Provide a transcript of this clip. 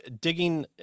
digging